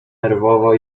nerwowo